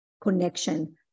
connection